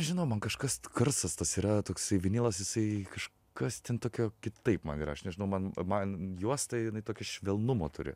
žinoma kažkas garsas tas yra toksai vinilas jisai kažkas ten tokio kitaip man ir aš nežinau man man juosta jinai tokio švelnumo turi